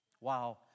Wow